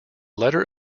letter